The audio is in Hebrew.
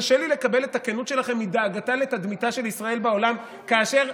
קשה לי לקבל את הכנות שלכם מדאגתה לתדמיתה של ישראל בעולם כאשר